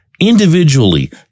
individually